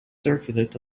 circulate